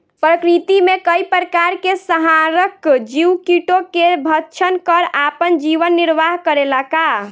प्रकृति मे कई प्रकार के संहारक जीव कीटो के भक्षन कर आपन जीवन निरवाह करेला का?